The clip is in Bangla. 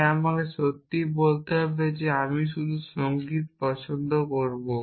তাই আমি সত্যিই বলতে হবে আমি শুধু সঙ্গীত পছন্দ করব